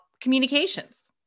communications